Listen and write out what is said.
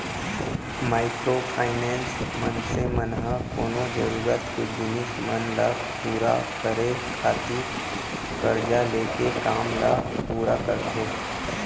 micro finance, मनसे मन ह कोनो जरुरत के जिनिस मन ल पुरा करे खातिर करजा लेके काम ल पुरा करथे